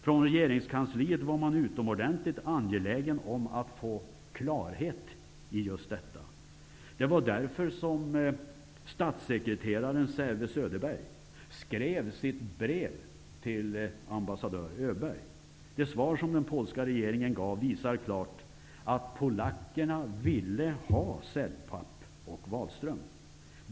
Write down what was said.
Från regeringskansliet var man utomordentligt angelägen om att få klarhet i just detta. Det var därför som statssekreteraren Säve Söderbergh skrev sitt brev till ambassadör Öberg. Det svar som den polska regeringen gav visar klart att polackerna ville ha NLK-Celpap och Wahlström.